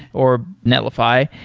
or netlify.